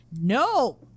no